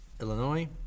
Illinois